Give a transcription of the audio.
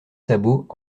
sabots